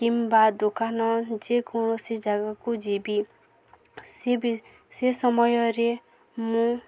କିମ୍ବା ଦୋକାନ ଯେକୌଣସି ଜାଗାକୁ ଯିବି ସେ ବି ସେ ସମୟରେ ମୁଁ